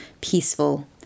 peaceful